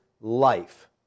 life